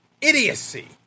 idiocy